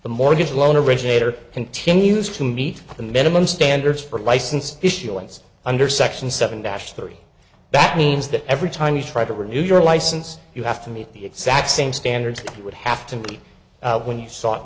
the mortgage loan originator continues to meet the minimum standards for license issuance under section seven dash three that means that every time you try to renew your license you have to meet the exact same standards you would have to meet when you s